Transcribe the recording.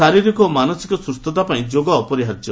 ଶାରୀରିକ ଓ ମାନସିକ ସୁସ୍ଥତା ପାଇଁ ଯୋଗ ଅପରିହାର୍ଯ୍ୟ